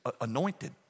anointed